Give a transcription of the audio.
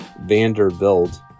Vanderbilt